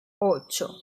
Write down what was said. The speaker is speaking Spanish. ocho